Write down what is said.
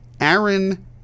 Aaron